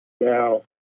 Now